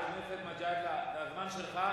חבר הכנסת מג'אדלה, זה הזמן שלך.